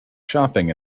shopping